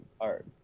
art